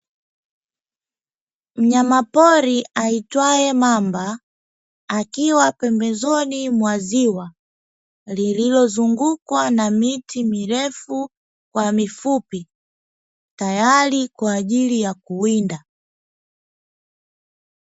Mnyamapori aitwaye mamba, akiwa pembezoni mwa ziwa lililozungukwa na miti mirefu kwa mifupi, tayari kwa ajili ya kuwinda.